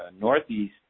Northeast